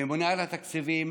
הממונה על התקציבים,